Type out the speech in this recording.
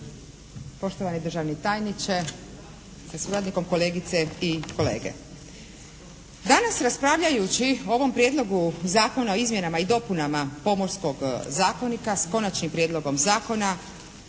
poštovani državni tajniče sa suradnikom, kolegice i kolege. Danas raspravljajući o ovom Prijedlogu zakona o izmjenama i dopunama Pomorskog zakonika s Konačnim prijedlogom zakona